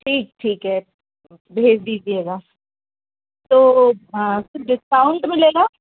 ठीक ठीक है भेज दीजिएगा तो हाँ डिस्काउंट मिलेगा